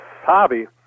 hobby